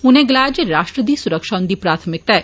उनें गलाया जे राश्ट्र दी सुरक्षा उंदी प्राथमिकता ऐ